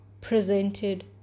presented